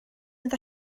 mynd